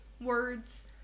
words